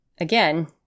again